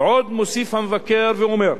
ועוד מוסיף המבקר ואומר: